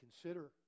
consider